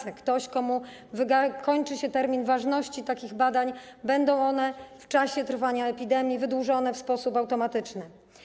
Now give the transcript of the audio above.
Jeżeli komuś kończy się termin ważności takich badań, będzie on w czasie trwania epidemii wydłużony w sposób automatyczny.